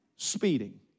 Speeding